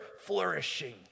flourishing